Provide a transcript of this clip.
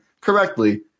correctly